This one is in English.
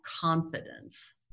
confidence